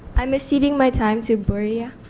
i am ah ceding my time to bereah